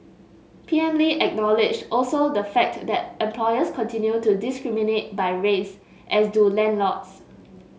P M Lee acknowledged also the fact that employers continue to discriminate by race as do landlords